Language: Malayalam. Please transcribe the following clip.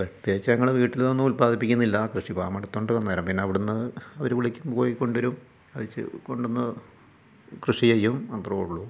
പ്രത്യേകിച്ച് ഞങ്ങള് വീട്ടിൽ ഇതൊന്നും ഉല്പാദിപ്പിക്കുന്നില്ല കൃഷി ഫാം അടുത്തുണ്ട് അന്നേരം പിന്നെ അവിടുന്ന് അവര് വിളിക്കുമ്പോൾ പോയി കൊണ്ടുവരും അത് ച് കൊണ്ടുവന്നു കൃഷി ചെയ്യും അത്രയും ഉള്ളൂ